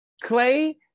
Clay